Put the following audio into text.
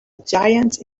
giant